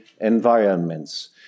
environments